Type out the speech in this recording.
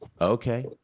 okay